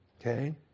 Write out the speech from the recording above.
Okay